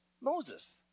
Moses